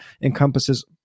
encompasses